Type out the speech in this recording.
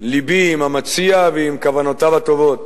לבי עם המציע ועם כוונותיו הטובות.